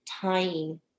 tying